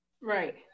right